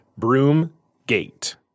Broomgate